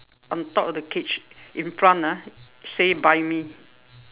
on top of the cage in front ah say buy me